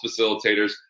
facilitators